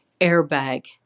airbag